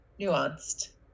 nuanced